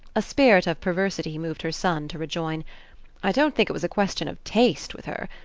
a spirit of perversity moved her son to rejoin i don't think it was a question of taste with her.